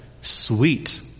sweet